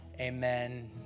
amen